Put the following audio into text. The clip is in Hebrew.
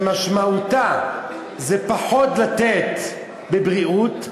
שמשמעותה פחות לתת בבריאות,